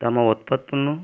తమ ఉత్పత్తిని